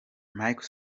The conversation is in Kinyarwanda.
macky